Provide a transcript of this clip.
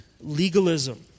legalism